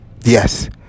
Yes